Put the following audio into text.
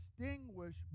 distinguish